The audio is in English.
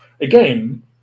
Again